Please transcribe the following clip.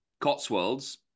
Cotswolds